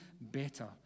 better